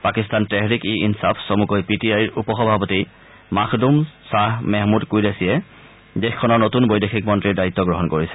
পাকিস্তান তেহৰিক ই ইনছাফ চমুকৈ P T আইৰ উপসভাপতি মাখদুম শ্বাহ মেহমুদ কুৰেধিয়ে দেশখনৰ নতুন বৈদেশিক মন্তীৰ দায়িত্ব গ্ৰহণ কৰিছে